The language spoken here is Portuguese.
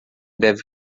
deve